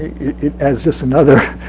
it adds just another,